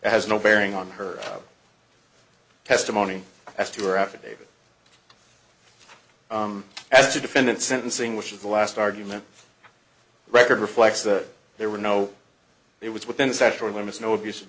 it has no bearing on her testimony as to her affidavit as to defendant sentencing which is the last argument record reflects that there were no it was within statutory limits no abuse of